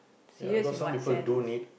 serious in what sense